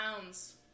pounds